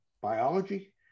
biology